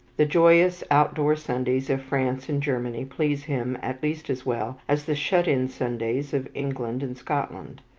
the joyous outdoor sundays of france and germany please him at least as well as the shut-in sundays of england and scotland.